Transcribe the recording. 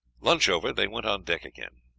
lunch over, they went on deck again.